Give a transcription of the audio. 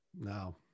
no